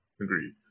Agreed